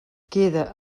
queda